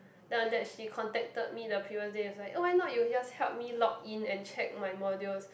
that one that she contacted me the previous day was like oh why not you just help me log in and check my modules